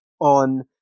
on